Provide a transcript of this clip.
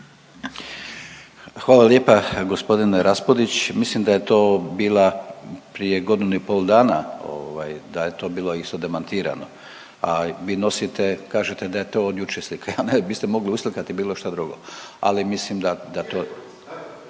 Hvala lijepa gospodine Raspudić. Mislim da je to bila prije godinu i pol dana ovaj da je to bilo isto demantirano. A vi nosite, kažete da je to od jučer slika. Ja ne, vi ste mogli uslikati bilo šta drugo. Ali mislim da,